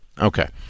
okay